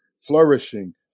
flourishing